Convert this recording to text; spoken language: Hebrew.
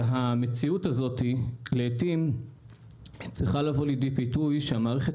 המציאות הזאת לעיתים צריכה לבוא לידי ביטוי שהמערכת